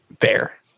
fair